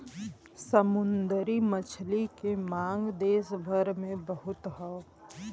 समुंदरी मछली के मांग देस भर में बहुत हौ